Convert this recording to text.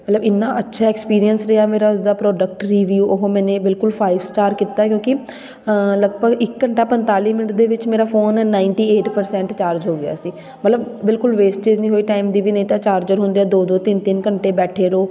ਮਤਲਬ ਇੰਨਾ ਅੱਛਾ ਐਕਸਪੀਰੀਅੰਸ ਰਿਹਾ ਮੇਰਾ ਉਸਦਾ ਪ੍ਰੋਡਕਟ ਰਿਵਿਊ ਉਹ ਮੈਨੇ ਬਿਲਕੁਲ ਫਾਈਵ ਸਟਾਰ ਕੀਤਾ ਕਿਉਂਕਿ ਲਗਭਗ ਇੱਕ ਘੰਟਾ ਪੰਨਤਾਲੀ ਮਿੰਟ ਦੇ ਵਿੱਚ ਮੇਰਾ phone ninety eight percent charge ਹੋ ਗਿਆ ਸੀ ਮਤਲਬ ਬਿਲਕੁਲ ਵੇਸਟੇਜ ਨਹੀਂ ਹੋਈ ਟਾਈਮ ਦੀ ਵੀ ਨਹੀਂ ਤਾਂ ਚਾਰਜਰ ਹੁੰਦੇ ਆ ਦੋ ਦੋ ਤਿੰਨ ਤਿੰਨ ਘੰਟੇ ਬੈਠੇ ਰਹੋ